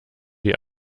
die